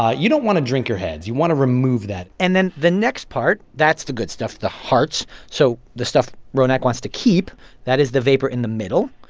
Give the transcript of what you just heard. ah you don't want to drink your heads. you want to remove that and then the next part that's the good stuff the hearts. so the stuff ronak wants to keep that is the vapor in the middle.